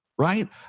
Right